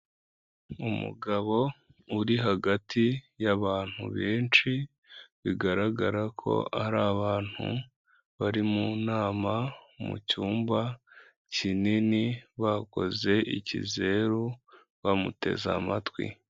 Umugabo uri hagati y'abantu benshi bigaragara ko hari abantu bari mu nama mucyumba kinini bakoze ikizeru bamuteze amatwi.